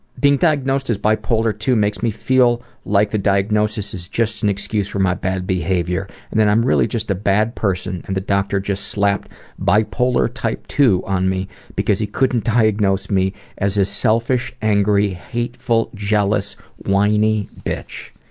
being diagnosed as bipolar two makes me feel like the diagnosis is just an excuse for my bad behavior behavior and and i'm really just a bad person and the dr. just slapped bipolar type ii on me because he couldn't diagnose me as a selfish, angry, hateful, jealous, whiny bitch.